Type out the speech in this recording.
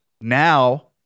now